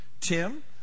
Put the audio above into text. Tim